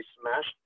smashed